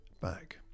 back